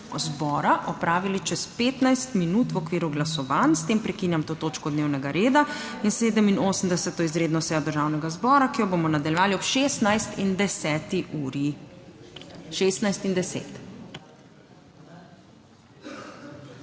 zbora opravili čez 15 minut v okviru glasovanj. S tem prekinjam to točko dnevnega reda in 87. izredno sejo Državnega zbora, ki jo bomo nadaljevali ob 16.10. uri. 16 in 10.